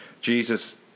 Jesus